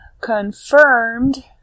confirmed